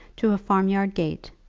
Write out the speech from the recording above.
to a farmyard gate,